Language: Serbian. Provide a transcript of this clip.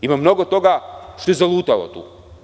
Ima mnogo toga što je zalutalo tu.